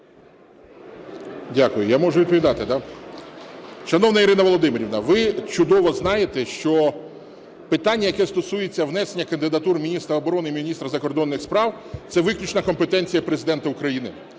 Дякую. Я можу відповідати, да? Шановна Ірина Володимирівна, ви чудово знаєте, що питання, яке стосується внесення кандидатур міністра оборони і міністра закордонних справ, - це виключно компетенція Президента України.